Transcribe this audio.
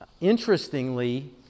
interestingly